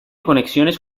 conexiones